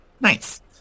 nice